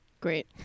Great